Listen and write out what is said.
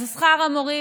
אז שכר המורים,